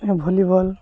volleyball